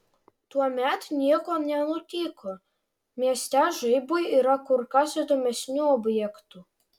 tuomet nieko nenutiko mieste žaibui yra kur kas įdomesnių objektų